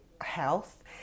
health